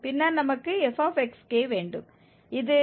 பின்னர் நமக்கு fவேண்டும் இது − 0